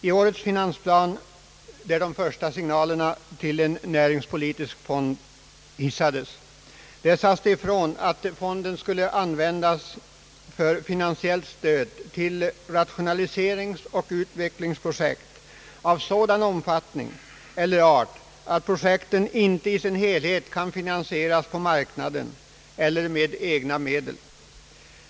I årets finansplan, där de första signalerna till en näringspolitisk fond hissades, sades att fonden skulle användas för finansiellt stöd till rationaliseringsoch utvecklingsprojekt av sådan omfattning eller art att projekten inte i sin helhet kunde finansieras på marknaden eller med egna medel.